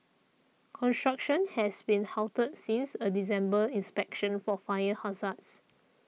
construction has been halted since a December inspection for fire hazards